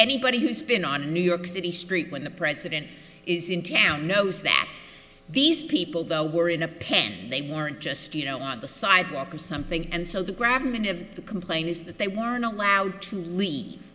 anybody who's been on a new york city street when the president is in town knows that these people though were in a pit they weren't just you know on the sidewalk or something and so the gravity of the complaint is that they were not allowed to leave